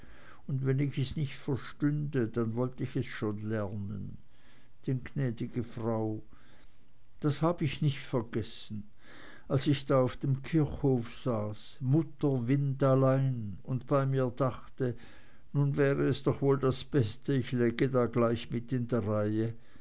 und wenn ich es nicht verstünde dann wollte ich es schon lernen denn gnädige frau das hab ich nicht vergessen als ich da auf dem kirchhof saß mutterwindallein und bei mir dachte nun wäre es doch wohl das beste ich läge da gleich mit in der reihe